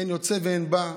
אין יוצא ואין בא,